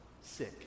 sick